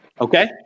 okay